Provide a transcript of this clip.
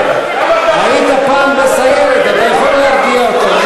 היית פעם בסיירת, אתה יכול להרגיע אותו?